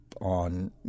on